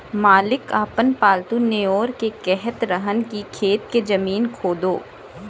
मालिक आपन पालतु नेओर के कहत रहन की खेत के जमीन खोदो